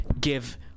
give